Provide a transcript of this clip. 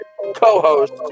co-host